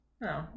No